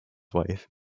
wife